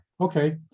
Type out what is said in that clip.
Okay